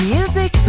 Music